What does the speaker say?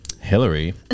Hillary